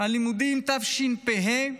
הלימודים תשפ"ה,